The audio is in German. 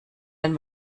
den